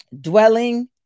Dwelling